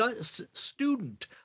student